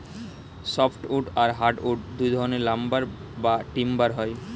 soft wood আর hard wood দুই ধরনের লাম্বার বা টিম্বার হয়